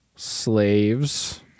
Slaves